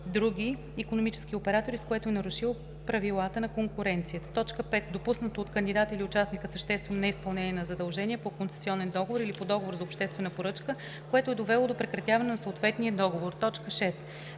други икономически оператори, с което е нарушил правилата на конкуренцията; 5. допуснато от кандидата или участника съществено неизпълнение на задължение по концесионен договор или по договор за обществена поръчка, което е довело до прекратяване на съответния договор; 6.